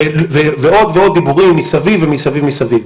ועוד ועוד דיבורים מסביב, מסביב ומסביב.